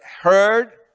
heard